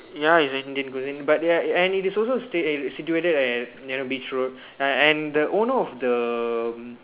ya it's an Indian cuisine but they are and it is also st~ situated at near beach road uh and the owner of the